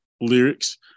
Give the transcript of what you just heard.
lyrics